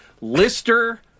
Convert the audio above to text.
Lister